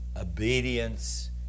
obedience